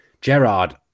Gerard